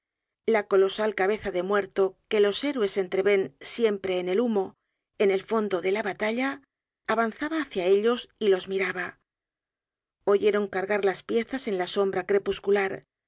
la colosal cabeza de muerto que los héroes entreven siempre en el humo en el fondo de la batalla avanzaba hácia ellos y los miraba oyeron cargar las piezas en la sombra crepuscular